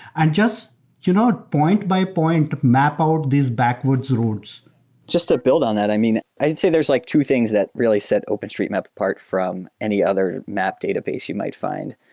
and just you know point-by-point map-out these backwards roads just to ah build on that. i mean, i'd say there's like two things that really set openstreetmap apart from any other map database you might find.